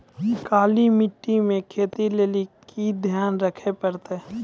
काली मिट्टी मे खेती लेली की ध्यान रखे परतै?